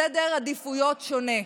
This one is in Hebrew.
סדר עדיפויות שונה.